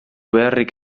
beharrik